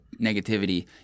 negativity